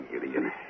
Gideon